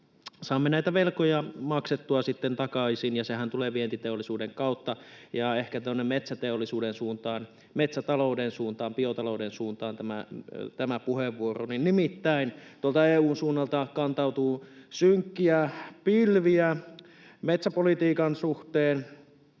saamme näitä velkoja maksettua sitten takaisin. Sehän tulee vientiteollisuuden kautta, ja ehkä menee tuonne metsätalouden suuntaan, biotalouden suuntaan tämä puheenvuoroni. Nimittäin tuolta EU:n suunnalta kantautuu synkkiä pilviä metsäpolitiikan suhteen.